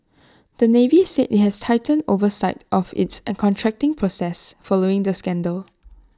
the navy said IT has tightened oversight of its an contracting process following the scandal